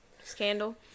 scandal